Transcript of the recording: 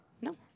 No